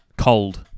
Cold